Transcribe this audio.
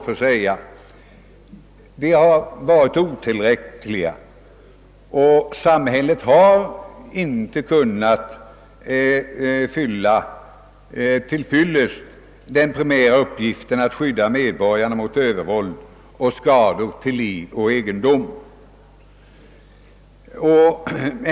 Men detta har inte varit tillräckligt — samhället har inte på rätt sätt kunnat fylla den primära uppgiften att skydda medborgarna mot övervåld och skador till liv och egendom.